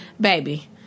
baby